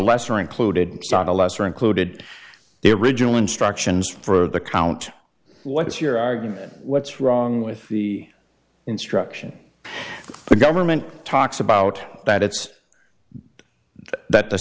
lesser included the lesser included the original instructions for the count what's your argument what's wrong with the instruction the government talks about that it's that the